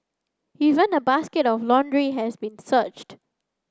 even a basket of laundry had been searched